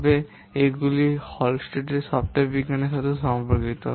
তবে এগুলি হলস্টেডের সফ্টওয়্যার বিজ্ঞানের সাথে সম্পর্কিত